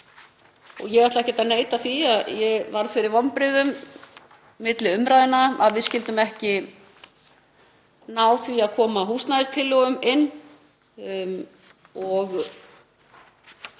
á. Ég ætla ekkert að neita því að ég varð fyrir vonbrigðum milli umræðna að við skyldum ekki ná því að koma húsnæðistillögum inn og